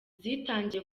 zitangiye